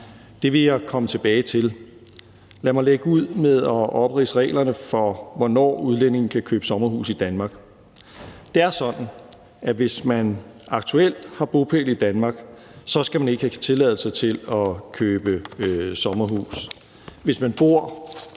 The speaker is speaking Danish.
Det vil jeg komme tilbage til. Lad mig lægge ud med at opridse reglerne for, hvornår udlændinge kan købe sommerhus i Danmark. Det er sådan, at hvis man aktuelt har bopæl i Danmark, skal man ikke have tilladelse til at købe sommerhus. Hvis man bor